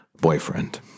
Boyfriend